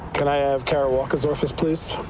can i have kara walker's office, please?